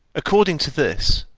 according to this,